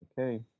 Okay